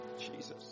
Jesus